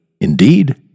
indeed